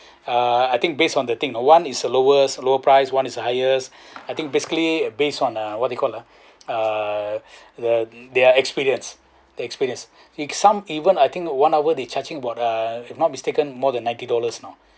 uh I think based on the thing one is the lowest lower price one is the highest I think basically based on uh what you called ah uh the their experience their experience he some even I think one hour they charging about uh if not mistaken more than ninety dollars you know